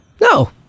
no